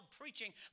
preaching